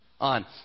on